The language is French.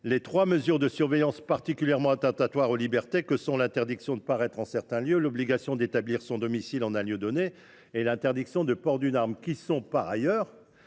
les trois mesures de surveillance particulièrement attentatoires aux libertés que sont l’interdiction de paraître en certains lieux, l’obligation d’établir son domicile en un lieu donné et l’interdiction de port d’une arme ; rappelons